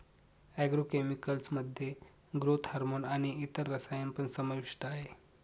agro chemicals मध्ये growth hormone आणि इतर रसायन पण समाविष्ट आहेत